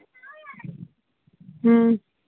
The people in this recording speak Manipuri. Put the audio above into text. ꯎꯝ